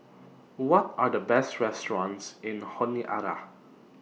What Are The Best restaurants in Honiara